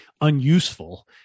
unuseful